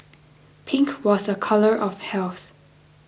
pink was a colour of health